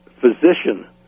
physician